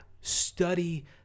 study